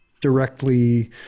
directly